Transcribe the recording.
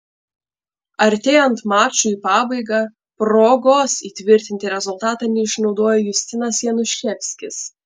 artėjant mačui į pabaigą progos įtvirtinti rezultatą neišnaudojo justinas januševskis